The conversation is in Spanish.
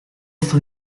eso